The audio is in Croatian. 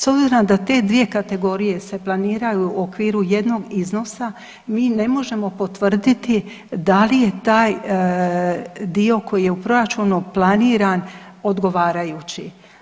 S obzirom da te dvije kategorije se planiraju u okviru jednog iznosa mi ne možemo potvrditi da li je taj dio koji je u proračunu planiran odgovarajući.